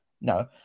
No